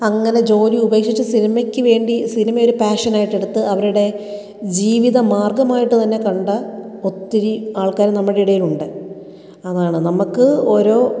അങ്ങനെ ജോലി ഉപേക്ഷിച്ച് സിനിമക്ക് വേണ്ടി സിനിമ ഒരു പാഷനായിട്ട് എടുത്ത് അവരുടെ ജീവിത മാർഗമായിട്ട് തന്നെ കണ്ട ഒത്തിരി ആൾക്കാർ നമ്മുടെ ഇടയിലുണ്ട് അതാണ് നമുക്ക് ഓരോ